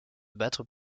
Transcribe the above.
battre